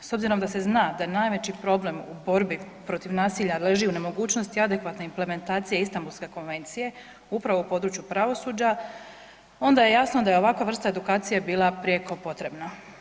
S obzirom da se zna da najveći problem u borbi protiv nasilja leži u nemogućnosti adekvatne implementacije Istambulske konvencije upravo u području pravosuđa onda je jasno da je ovakva vrsta edukacije bila prijeko potrebna.